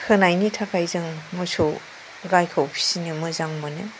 होनायनि थाखाय जों मोसौ गायखौ फिसिनो मोजां मोनो